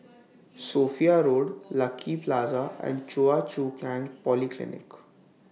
Sophia Road Lucky Plaza and Choa Chu Kang Polyclinic